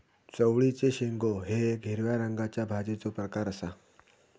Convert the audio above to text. चवळीचे शेंगो हे येक हिरव्या रंगाच्या भाजीचो प्रकार आसा